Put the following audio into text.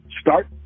start